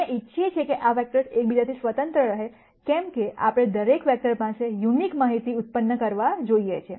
અમે ઇચ્છીએ છીએ કે આ વેક્ટર્સ એકબીજાથી સ્વતંત્ર રહે કેમ કે આપણે દરેક વેક્ટર પાસે યુનિક માહિતી ઉત્પન્ન કરવા જોઈએ છે